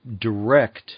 direct